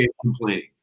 complaining